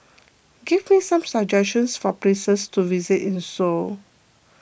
give me some suggestions for places to visit in Seoul